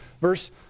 verse